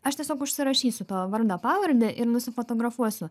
aš tiesiog užsirašysiu tavo vardą pavardę ir nusifotografuosiu